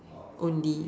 only